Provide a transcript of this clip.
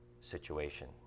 situation